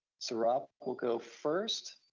saurabh will go first.